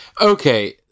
Okay